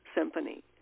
Symphony